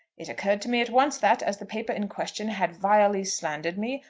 it occurred to me at once that, as the paper in question had vilely slandered me,